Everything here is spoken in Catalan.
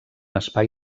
espai